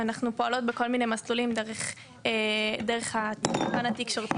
ואנחנו פועלות בכל מיני מסלולים דרך הפן התקשורתי